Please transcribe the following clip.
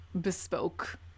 bespoke